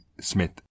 Smith